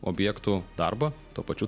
objektų darbą tuo pačiu